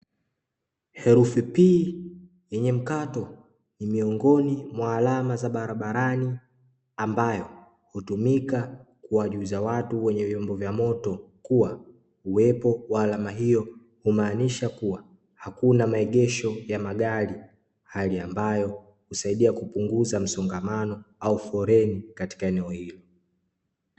Herufi pi yenye mkato ni miongoni mwa alama za barabarani ambayo hutumika kuwajuza watu wenye vyombo vya moto kuwa, uwepo wa alama hiyo humaanisha kuwa hakuna maegesho ya magari, hali ambayo husaidia kupunguza msongamano au foleni katika eneo hilo.